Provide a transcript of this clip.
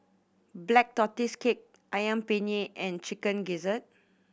Black Tortoise Cake Ayam Penyet and Chicken Gizzard